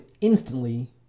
instantly